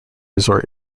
resort